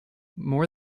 more